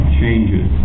changes